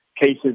cases